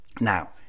Now